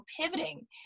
pivoting